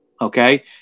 Okay